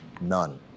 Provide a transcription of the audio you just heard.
none